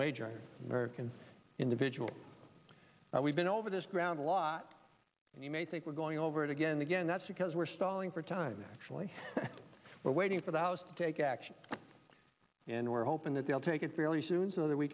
wage earner can individuals and we've been over this ground a lot and you may think we're going over it again again that's because we're stalling for time actually we're waiting for the house to take action and we're hoping that they'll take it fairly soon so that we